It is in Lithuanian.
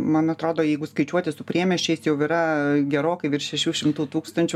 man atrodo jeigu skaičiuoti su priemiesčiais jau yra gerokai virš šešių šimtų tūkstančių